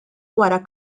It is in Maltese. wara